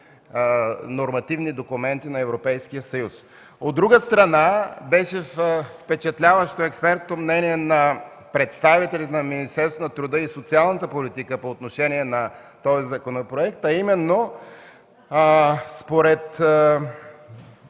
нормативни документи на Европейския съюз. От друга страна, беше впечатляващо експертното мнение на представителите на Министерството на труда и социалната политика по отношение на този законопроект, а именно според